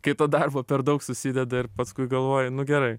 kai to darbo per daug susideda ir paskui galvoji nu gerai